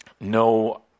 no